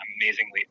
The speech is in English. amazingly